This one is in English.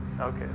Okay